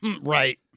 Right